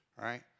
right